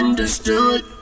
Understood